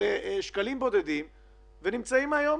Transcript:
שם אתם תהיו.